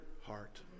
heart